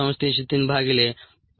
303भगिले 5